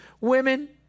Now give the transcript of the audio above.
women